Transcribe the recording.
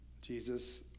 Jesus